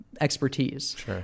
expertise